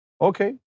Okay